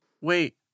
Wait